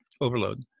overload